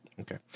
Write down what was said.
okay